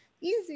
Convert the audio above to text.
Easy